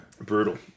Brutal